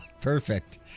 perfect